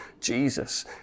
Jesus